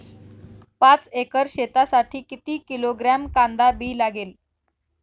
पाच एकर शेतासाठी किती किलोग्रॅम कांदा बी लागेल?